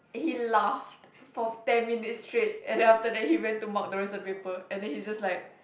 and he laughed for ten minutes straight and then after that he went to mark the rest of the paper and then he's just like